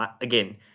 again